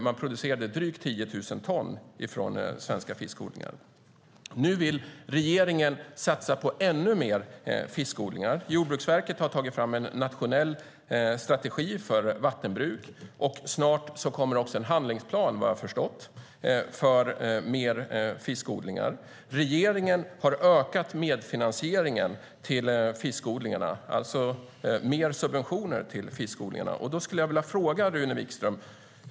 Man producerade drygt 10 000 ton vid svenska fiskodlingar. Nu vill regeringen satsa på ännu mer fiskodling. Jordbruksverket har tagit fram en nationell strategi för vattenbruk. Snart kommer också vad jag förstått en handlingsplan för mer fiskodling. Regeringen har ökat medfinansieringen till fiskodlingarna. Man ger alltså mer subventioner till fiskodlingarna.